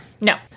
No